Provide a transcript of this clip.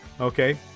okay